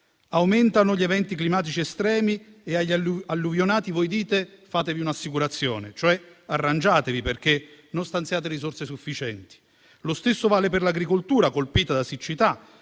aumentano gli eventi climatici estremi e agli alluvionati voi dite di farsi un'assicurazione, e cioè, di arrangiarsi, perché non stanziate risorse sufficienti. Lo stesso vale per l'agricoltura, colpita da siccità